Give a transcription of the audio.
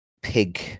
pig